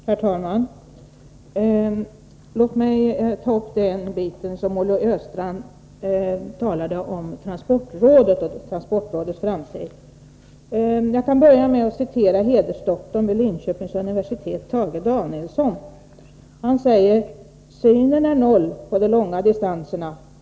Herr talman! Låt mig ta upp det som Olle Östrand talade om, transportrådet och transportrådets framtid. Jag kan börja med att citera hedersdoktorn vid Linköpings universitet Tage Danielsson. Han säger: på de långa distanserna!